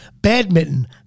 Badminton